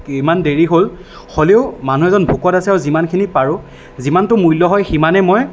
ইমান দেৰি হ'ল হ'লেও মানুহ এজন ভোকত আছে আৰু যিমানখিনি পাৰোঁ যিমানটো মূল্য হয় সিমানেই মই